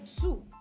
two